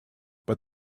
but